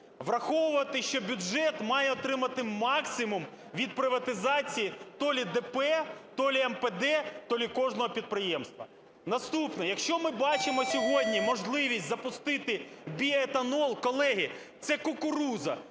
враховувати, що бюджет має отримати максимум від приватизації то лі ДП, то лі МПД, то лі кожного підприємства. Наступне. Якщо ми бачимо сьогодні можливість запустити біетанол, колеги, це кукурудза,